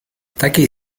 takiej